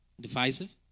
divisive